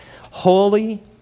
holy